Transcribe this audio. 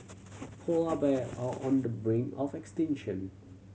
polar bear are on the brink of extinction